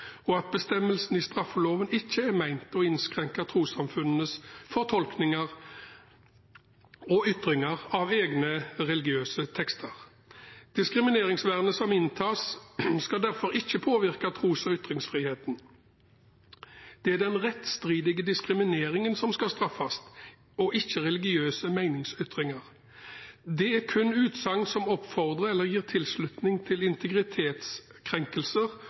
og at bestemmelsen i straffeloven ikke er ment å innskrenke trossamfunnenes fortolkninger og ytringer av egne religiøse tekster. Diskrimineringsvernet som inntas, skal derfor ikke påvirke tros- og ytringsfriheten. Det er den rettsstridige diskrimineringen som skal straffes, og ikke religiøse meningsytringer. Det er kun utsagn som oppfordrer eller gir tilslutning til integritetskrenkelser